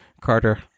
Carter